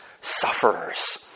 sufferers